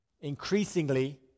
increasingly